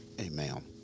Amen